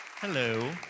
Hello